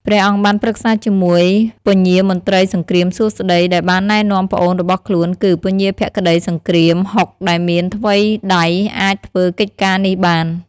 ព្រះអង្គបានប្រឹក្សាជាមួយ ពញាមន្ត្រីសង្គ្រាមសួស្តី ដែលបានណែនាំប្អូនរបស់ខ្លួនគឺ ពញាភក្តីសង្គ្រាមហុក ដែលមានថ្វីដៃអាចធ្វើកិច្ចការនេះបាន។